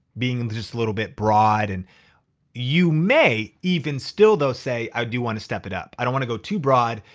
being just a little bit broad. and you may even still though say, i do wanna step it up. i don't wanna go too broad,